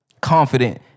Confident